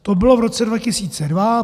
To bylo v roce 2002.